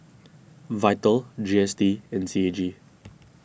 Vital G S T and C A G